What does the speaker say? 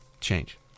change